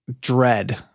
dread